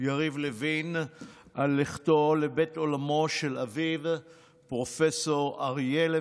יריב לוין על לכתו לבית עולמו של אביו פרופ' אריה לוין.